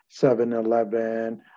7-Eleven